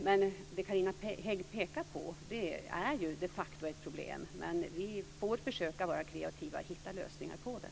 Det som Carina Hägg pekar på är ju de facto ett problem. Men vi får försöka att vara kreativa och hitta lösningar på det.